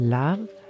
love